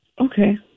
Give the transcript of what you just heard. Okay